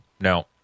No